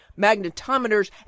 magnetometers